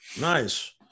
nice